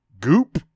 goop